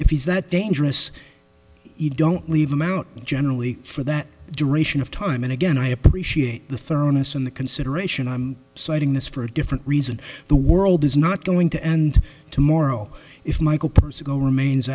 if he's that dangerous you don't leave him out generally for that duration of time and again i appreciate the thoroughness and the consideration i'm citing this for a different reason the world is not going to and to morrow if michael personal remains